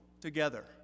together